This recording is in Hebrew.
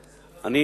תל-אביב.